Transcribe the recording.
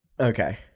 Okay